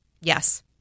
Yes